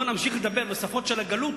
בואו נמשיך לדבר בשפות של הגלות,